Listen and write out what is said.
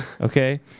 okay